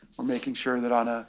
we're making sure that on